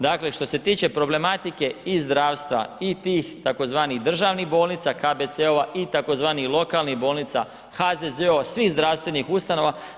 Dakle što se tiče problematike i zdravstva i tih tzv. državnih bolnica, KBC-ova i tzv. lokalnih bolnica, HZZO, svih zdravstvenih ustanova.